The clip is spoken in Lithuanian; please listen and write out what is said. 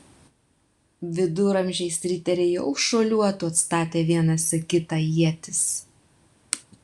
viduramžiais riteriai jau šuoliuotų atstatę vienas į kitą ietis